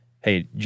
hey